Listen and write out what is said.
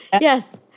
Yes